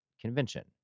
convention